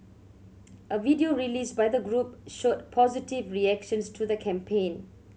a video released by the group showed positive reactions to the campaign